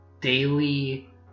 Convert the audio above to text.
daily